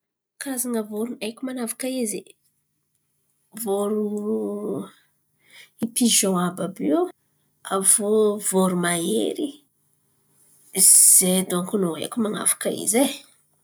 karazan̈a voron̈o haiko manavaka izy? Voron- vorono, pizion àby àby io e aviô voromahery zay donko no haiko man̈avaka izy e.